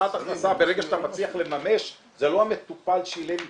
הבטחת הכנסה ברגע שאתה מצליח לממש זה לא המטופל שילם מכיסו,